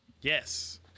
Yes